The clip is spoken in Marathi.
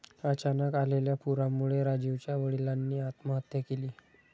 अचानक आलेल्या पुरामुळे राजीवच्या वडिलांनी आत्महत्या केली